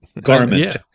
garment